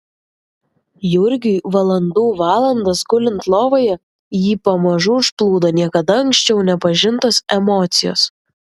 jurgiui valandų valandas gulint lovoje jį pamažu užplūdo niekada anksčiau nepažintos emocijos